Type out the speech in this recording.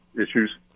issues